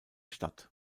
statt